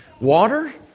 water